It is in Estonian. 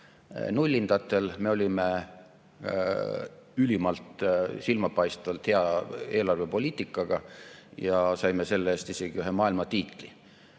Nullindatel me olime ülimalt, silmapaistvalt hea eelarvepoliitikaga ja saime selle eest isegi maailmas ühe tiitli.